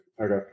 okay